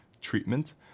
treatment